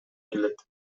келет